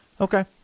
Okay